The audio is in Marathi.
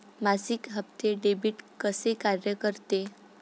मासिक हप्ते, डेबिट कसे कार्य करते